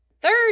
Third